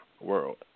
world